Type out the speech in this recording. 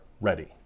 ready